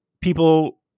people